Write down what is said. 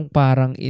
parang